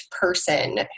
person